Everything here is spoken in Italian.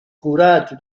curati